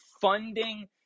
funding